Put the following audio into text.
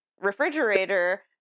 refrigerator